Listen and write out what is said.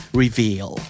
reveal